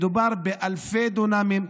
מדובר באלפי דונמים,